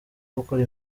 gukora